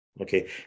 okay